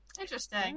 Interesting